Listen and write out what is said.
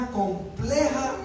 compleja